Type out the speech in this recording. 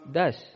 Thus